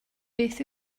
beth